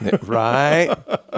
Right